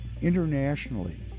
internationally